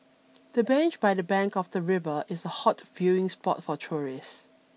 the bench by the bank of the river is a hot viewing spot for tourists